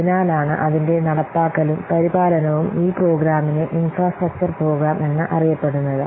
അതിനാലാണ് അതിന്റെ നടപ്പാക്കലും പരിപാലനവും ഈ പ്രോഗ്രാമിനെ ഇൻഫ്രാസ്ട്രക്ചർ പ്രോഗ്രാം എന്നറിയപ്പെടുന്നത്